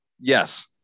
yes